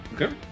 Okay